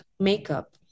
makeup